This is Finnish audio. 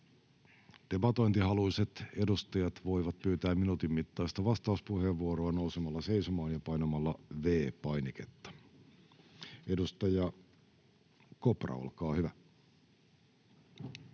Debatointihaluiset edustajat voivat pyytää minuutin mittaista vastauspuheenvuoroa nousemalla seisomaan ja painamalla V-painiketta. — Edustaja Kopra, olkaa hyvä.